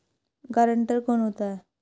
Guarantor कौन होता है?